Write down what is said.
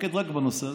מתמקד רק בנושא הזה,